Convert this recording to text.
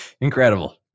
Incredible